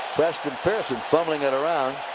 preston pearson fumbling it around.